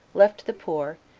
left the poor,